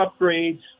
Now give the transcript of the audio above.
upgrades